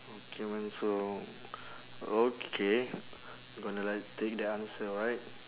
okay man so okay I'm gonna like take that answer alright